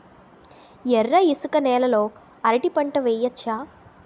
ఎర్ర ఇసుక నేల లో అరటి పంట వెయ్యచ్చా?